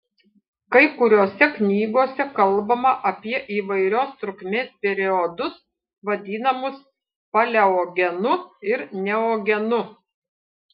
kai kuriose knygose kalbama apie įvairios trukmės periodus vadinamus paleogenu ir neogenu